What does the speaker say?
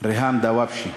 ריהאם דוואבשה,